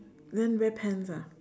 then wear pants ah